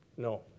No